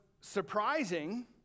surprising